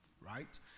right